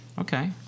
Okay